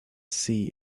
see